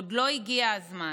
עוד לא הגיע הזמן.